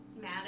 mad